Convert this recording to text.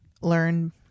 learn